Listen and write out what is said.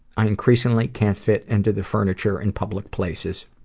i increasingly can't fit into the furniture in public places.